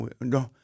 No